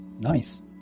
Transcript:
nice